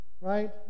Right